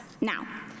Now